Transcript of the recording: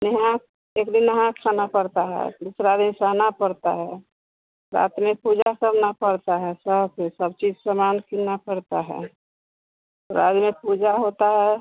फ़िर यहाँ एक दिन नहा खाना पड़ता है दुसरा दिन सहना पड़ता है रात में पूजा करना पड़ता है साथ में सब चीज़ सामान किनना पड़ता है रात में पूजा होता है